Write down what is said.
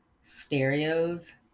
stereos